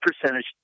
percentage